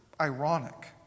ironic